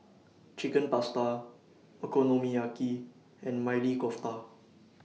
Chicken Pasta Okonomiyaki and Maili Kofta